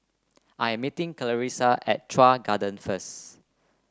I am meeting Clarissa at Chuan Garden first